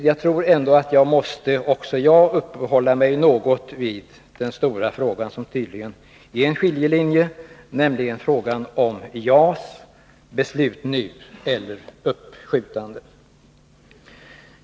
Jag tror ändå att också jag måste uppehålla mig något vid den stora frågan som tydligen är en skiljelinje, nämligen frågan om JAS — beslut nu eller uppskjutande.